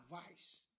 advice